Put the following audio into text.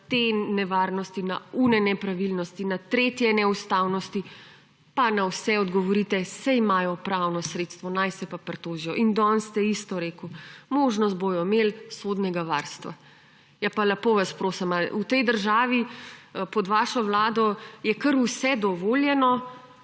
te nevarnosti, na one nepravilnosti, na tretje neustavnosti, pa na vse odgovorite, saj imajo pravno sredstvo, naj se pa pritožijo. Danes ste isto rekel, možnost bojo imel sodnega varstva. Ja pa, lepo vas prosim! Ali v tej državi, pod vašo vlado, je kar vse dovoljeno,